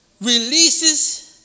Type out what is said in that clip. releases